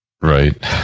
Right